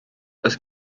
oes